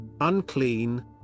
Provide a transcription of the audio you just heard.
unclean